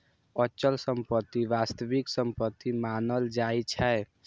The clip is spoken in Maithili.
अचल संपत्ति वास्तविक संपत्ति मानल जाइ छै